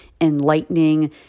enlightening